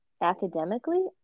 academically